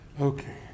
Okay